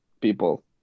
people